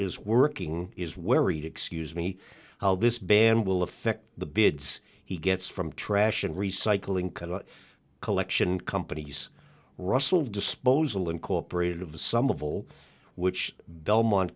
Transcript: is working is worried excuse me how this ban will affect the bids he gets from trash and recycling collection companies russell disposal incorporated of some of will which belmont